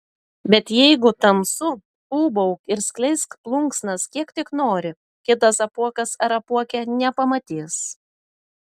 bet jeigu tamsu ūbauk ir skleisk plunksnas kiek tik nori kitas apuokas ar apuokė nepamatys